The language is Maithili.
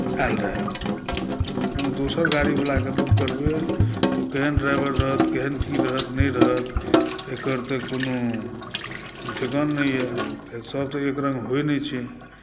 आएल रहै कोनो दोसर गाड़ी वलाके बुक करबै तऽ ओ केहन ड्राइवर रहत केहन की रहत नहि रहत एकर तऽ कोनो ठेकान नहि अइ सभ तऽ एक रङ्ग होइ नहि छै